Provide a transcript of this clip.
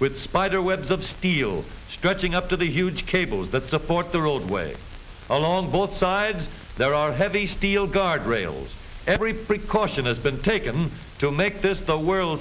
with spider webs of steel stretching up to the huge cables that support the roadway along both sides there are heavy steel guardrails every precaution has been taken to make this the world